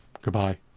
Goodbye